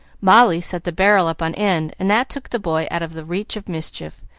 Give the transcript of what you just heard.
molly set the barrel up on end, and that took the boy out of the reach of mischief,